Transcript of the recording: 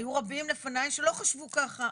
היו רבים לפניי שלא חשבו ככה.